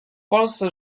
polsce